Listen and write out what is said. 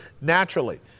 naturally